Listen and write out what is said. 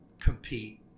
compete